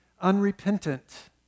unrepentant